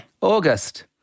August